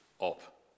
up